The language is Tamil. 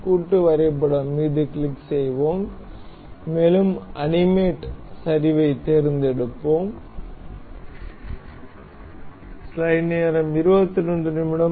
கூட்டு வரைபடம் மீது கிளிக் செய்வோம் மேலும் அனிமேட் சரிவைத் தேர்ந்தெடுப்போம்